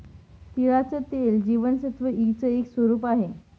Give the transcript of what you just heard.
तिळाचं तेल जीवनसत्व ई च एक स्वरूप आहे